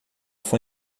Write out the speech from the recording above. foi